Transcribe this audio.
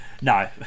No